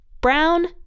brown